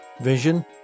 vision